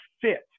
fit